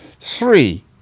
Three